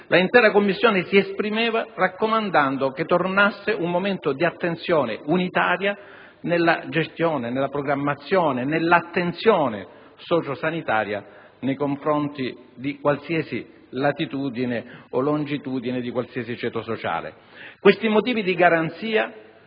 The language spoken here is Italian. l'intera Commissione si esprimeva raccomandando che tornasse un momento di attenzione unitaria nella gestione, nella programmazione, nell'attenzione socio-sanitaria, nei confronti di qualsiasi latitudine o longitudine, di qualsiasi ceto sociale. È più facile ritrovare